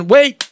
Wait